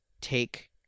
take